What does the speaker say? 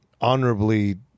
honorably